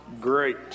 great